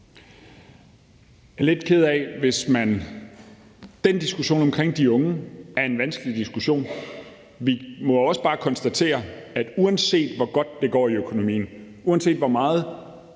Jens Joel (S): Den diskussion omkring de unge er en vanskelig diskussion. Vi må også bare konstatere, at uanset hvor godt det går med økonomien, uanset hvor meget